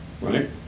right